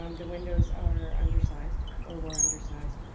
um the windows are undersized or were undersized.